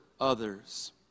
others